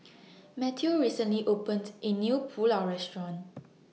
Mateo recently opened A New Pulao Restaurant